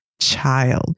child